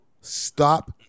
Stop